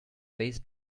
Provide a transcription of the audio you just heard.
phase